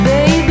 Baby